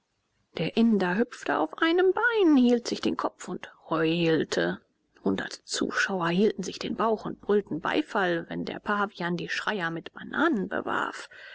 der inder hüpfte auf einem bein hielt sich den kopf und heulte hundert zuschauer hielten sich den bauch und brüllten beifall wenn der pavian die schreier mit bananen bewarf